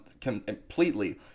completely